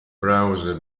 browser